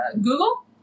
google